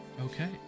Okay